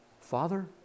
father